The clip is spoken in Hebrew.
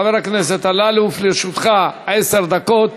חבר הכנסת אלאלוף, לרשותך עשר דקות.